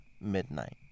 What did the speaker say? midnight